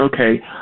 Okay